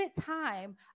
time